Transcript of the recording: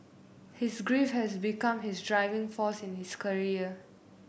his grief has become his driving force in his career